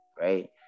right